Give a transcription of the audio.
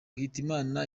hitimana